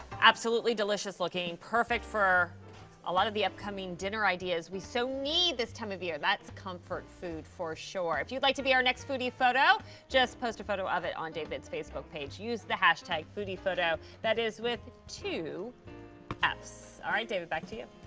absolutely delicious looking, perfect for a lot of the upcoming dinner ideas we so need this time of, year that's comfort food for sure, if you would like to be our next foodie photo just post a photo of it on david's facebook page, use the hashtag foodie photo. that is with two apps. david, back to you.